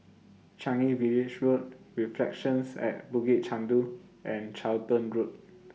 Changi Village Road Reflections At Bukit Chandu and Charlton Road